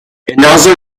another